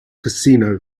casino